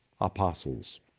apostles